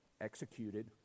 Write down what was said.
executed